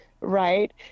Right